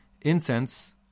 incense